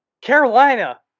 Carolina